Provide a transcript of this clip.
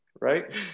Right